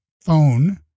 phone